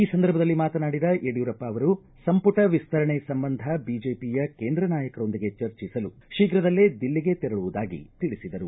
ಈ ಸಂದರ್ಭದಲ್ಲಿ ಮಾತನಾಡಿದ ಯಡಿಯೂರಪ್ಪ ಅವರು ಸಂಪುಟ ವಿಸ್ತರಣೆ ಸಂಬಂಧ ಬಿಜೆಪಿಯ ಕೇಂದ್ರ ನಾಯಕರೊಂದಿಗೆ ಚರ್ಚಿಸಲು ಶೀಘದಲ್ಲೇ ದಿಲ್ಲಿಗೆ ತೆರಳುವುದಾಗಿ ತಿಳಿಸಿದರು